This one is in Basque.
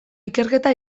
ikerketa